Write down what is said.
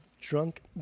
drunk